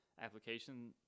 application